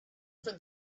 for